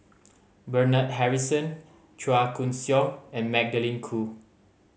Bernard Harrison Chua Koon Siong and Magdalene Khoo